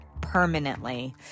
permanently